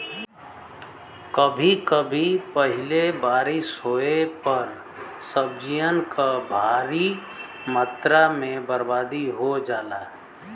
कभी कभी पहिले बारिस होये पर सब्जियन क भारी मात्रा में बरबादी हो जाला